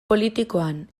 politikoan